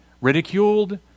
ridiculed